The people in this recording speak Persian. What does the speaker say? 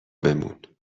بمون